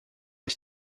ich